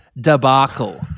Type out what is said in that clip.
debacle